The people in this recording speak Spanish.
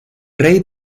rey